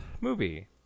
movie